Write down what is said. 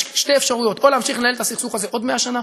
יש שתי אפשרויות: או להמשיך לנהל את הסכסוך הזה עוד 100 שנה,